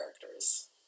characters